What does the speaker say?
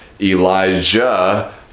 Elijah